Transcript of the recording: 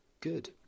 good